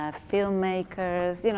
ah filmmakers, you know